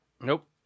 Nope